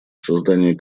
создание